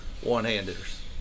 one-handers